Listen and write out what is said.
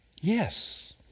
Yes